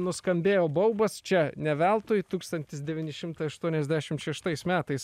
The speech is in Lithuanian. nuskambėjo baubas čia ne veltui tūkstantis devyni šimtai aštuoniasdešim šeštais metais